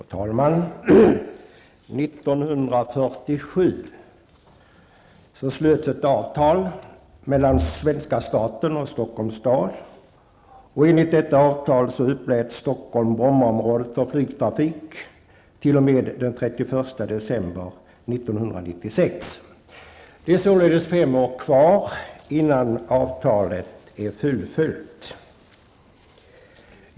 Fru talman! 1947 slöts ett avtal mellan svenska staten och Stockholms stad. Enligt detta avtal upplät Stockholm Brommaområdet för flygtrafik t.o.m. den 31 december 1996. Det är således fem år kvar innan avtalet är fullföljt.